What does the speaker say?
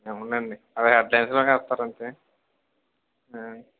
అవునండీ అది హెడ్లైన్స్లోకి వేస్తారు అంతే